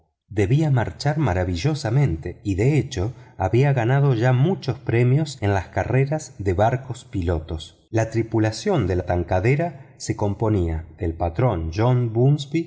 debía marchar maravillosamente y de hecho había ganado ya muchos premios en las carreras de barcos pilotos la tripulación de la tankadera se componía del patrón john